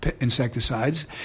insecticides